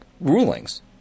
rulings